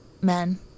men